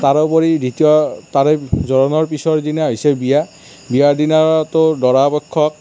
তাৰোপৰি দ্বিতীয় জোৰোণৰ পিছৰ দিনা হৈছে বিয়া বিয়াৰ দিনাতো দৰা পক্ষ